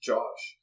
Josh